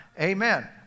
Amen